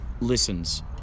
listens